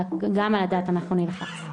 גם על הדת אנחנו נלחץ.